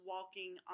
walking